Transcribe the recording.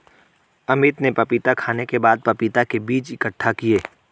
अमित ने पपीता खाने के बाद पपीता के बीज इकट्ठा किए